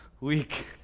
week